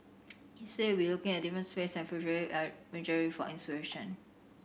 he said he would be looking at different space and for inspiration